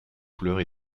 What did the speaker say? couleurs